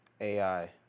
AI